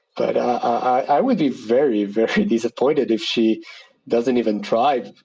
but i would be very, very disappointed if she doesn't even try.